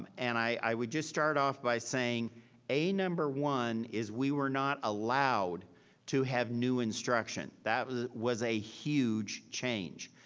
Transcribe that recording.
and i would just start off by saying a, number one is we were not allowed to have new instruction. that was was a huge change.